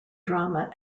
drama